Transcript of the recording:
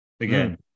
again